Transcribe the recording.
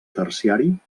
terciari